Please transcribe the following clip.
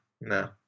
No